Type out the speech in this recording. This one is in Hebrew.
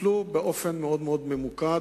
טופלו באופן מאוד מאוד ממוקד